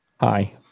Hi